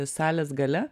salės gale